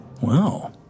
Wow